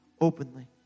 openly